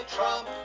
Trump